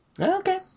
okay